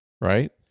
right